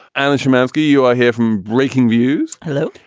alan shymansky you are here from breakingviews. hello.